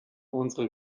unsere